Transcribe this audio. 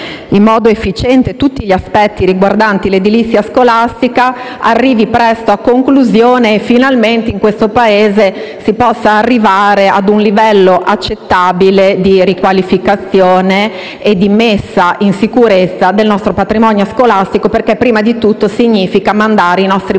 in modo efficiente tutti gli aspetti riguardanti l'edilizia scolastica, arrivi presto a conclusione e finalmente in questo Paese si possa arrivare ad un livello accettabile di riqualificazione e di messa in sicurezza del patrimonio scolastico, perché ciò significherebbe, prima di tutto, mandare i nostri bambini